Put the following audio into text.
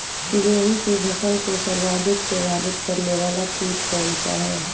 गेहूँ की फसल को सर्वाधिक प्रभावित करने वाला कीट कौनसा है?